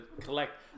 collect